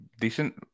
decent